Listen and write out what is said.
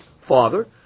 father